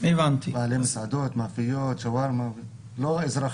בעלי מסעדות, מאפיות, שווארמה, לא האזרח